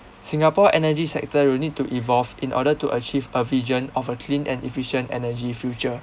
singapore energy sector will need to evolve in order to achieve a vision of a clean and efficient energy future